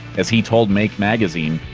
as he told make magazine,